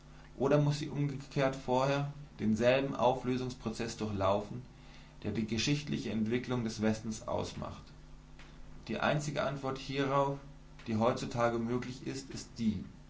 oder muß sie umgekehrt vorher denselben auflösungsprozeß durchlaufen der die geschichtliche entwicklung des westens ausmacht die einzige antwort hierauf die heutzutage möglich ist die